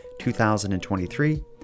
2023